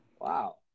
wow